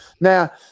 now